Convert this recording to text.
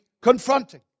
confronting